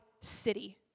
city